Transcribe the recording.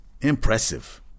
Impressive